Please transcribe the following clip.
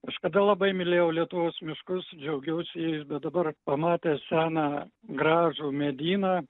kažkada labai mylėjau lietuvos miškus džiaugiausi jais bet dabar pamatęs seną gražų medyną